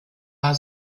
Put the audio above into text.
war